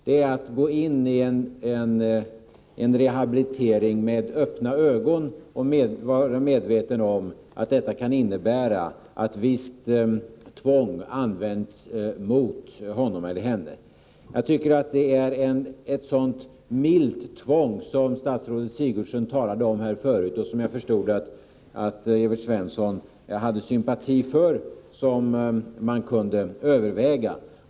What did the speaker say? Det är att med öppna ögon gå in i en rehabilitering och att vara medveten om att visst tvång därmed kan användas. Jag tycker att det är ett milt tvång. Statsrådet Gertrud Sigurdsen talade om detta tidigare i dag. Jag har förstått att Evert Svensson har sympati härför — som någonting som man kunde överväga.